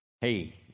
Hey